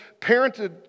parented